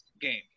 game